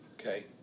Okay